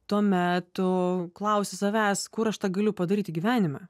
tuomet tu klausi savęs kur aš tą galiu padaryti gyvenime